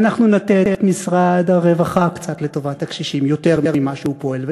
ואנחנו נטה את משרד הרווחה לטובת הקשישים קצת יותר ממה שהוא פועל,